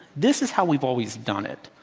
this is how we've always done it.